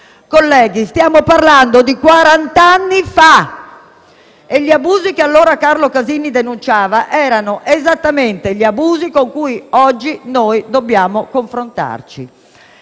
Colleghi, stiamo parlando di quarant'anni fa e gli abusi che allora Carlo Casini denunciava erano esattamente quelli con cui oggi noi dobbiamo confrontarci.